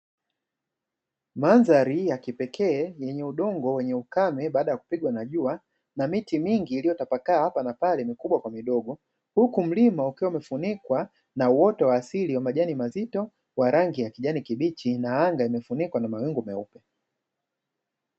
Mandhari ya kipekee yenye udongo wenye ukame baada ya kupigwa na jua na miti mingi, iliyotapakaa hapa na pale mkubwa kwa midogo huku mlima ukiwa umefunikwa na uwoto wa asili wa majani mazito kwa rangi ya kijani kibichi na anga kufunikwa na mawingu meupe.